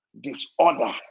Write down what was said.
disorder